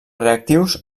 reactius